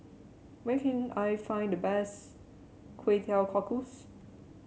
where can I find the best Kway Teow Cockles